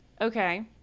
Okay